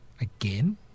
Again